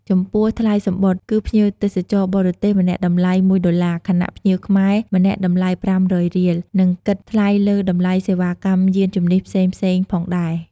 ចំពោះថ្លៃសំបុត្រ គឺភ្ញៀវទេសចរបរទេសម្នាក់តម្លៃមួយដុល្លារ ខណ:ភ្ញៀវខ្មែរម្នាក់តម្លៃប្រាំរយរៀល និងគិតថ្លៃលើតម្លៃសេវាកម្មយានជំនិះផ្សេងៗផងដែរ។